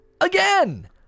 again